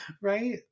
Right